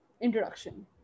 introduction